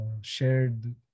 shared